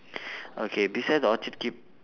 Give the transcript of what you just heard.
okay beside the orchard keep